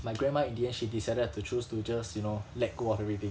my grandma in the end she decided to choose to just you know let go of everything